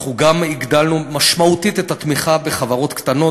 אנחנו גם הגדלנו משמעותית את התמיכה בחברות קטנות